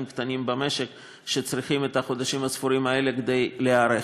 קטנים במשק שצריכים את החודשים הספורים האלה כדי להיערך.